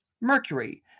Mercury